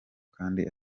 kandi